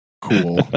cool